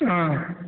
ஆ